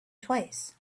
twice